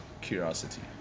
curiosity